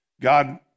God